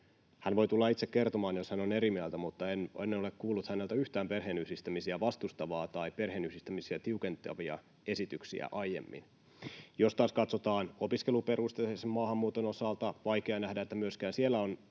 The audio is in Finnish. Hän voi tulla itse kertomaan, jos hän on eri mieltä, mutta en ole kuullut häneltä yhtään perheenyhdistämisiä vastustavaa tai perheenyhdistämisiä tiukentavia esityksiä aiemmin. Jos taas katsotaan opiskeluperusteisen maahanmuuton osalta, on vaikea nähdä, että myöskään siellä on